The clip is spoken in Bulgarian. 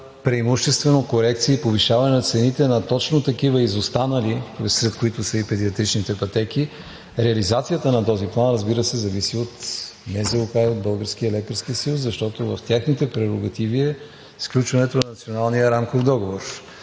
преимуществено корекции и повишаване на цените на точно такива изостанали, сред които са и педиатричните пътеки. Реализацията на този план, разбира се, зависи от НЗОК и Българския лекарски съюз, защото в техните прерогативи е сключването на Националния рамков договор.